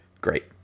Great